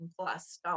plus